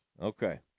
Okay